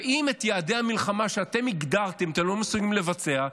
ואם את יעדי המלחמה שאתם הגדרתם אתם לא מסוגלים לבצע,